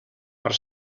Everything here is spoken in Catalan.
per